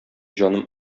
җаным